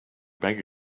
bank